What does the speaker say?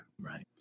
Right